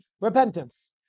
repentance